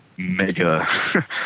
mega